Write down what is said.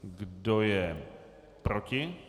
Kdo je proti?